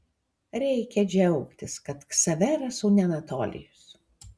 reikia džiaugtis kad ksaveras o ne anatolijus